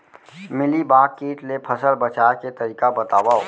Mealybug किट ले फसल बचाए के तरीका बतावव?